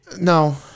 no